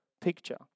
picture